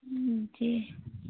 जी